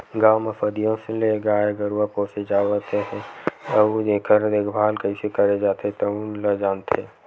गाँव म सदियों ले गाय गरूवा पोसे जावत हे अउ एखर देखभाल कइसे करे जाथे तउन ल जानथे